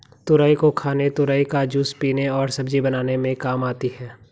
तुरई को खाने तुरई का जूस पीने और सब्जी बनाने में काम आती है